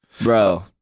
Bro